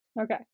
Okay